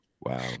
wow